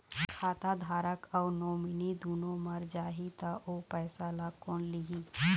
खाता धारक अऊ नोमिनि दुनों मर जाही ता ओ पैसा ला कोन लिही?